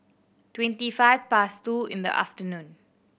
twenty five past two in the afternoon